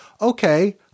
okay